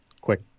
Quick